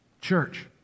Church